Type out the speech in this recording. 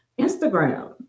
Instagram